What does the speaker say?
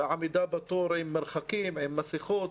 העמידה בתור תהיה עם מרחקים, עם מסכות,